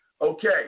Okay